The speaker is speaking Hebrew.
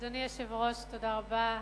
אדוני היושב-ראש, תודה רבה.